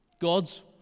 God's